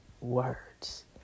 words